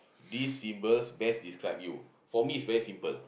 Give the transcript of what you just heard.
these symbols best describe you for me is very simple